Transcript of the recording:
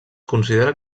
considera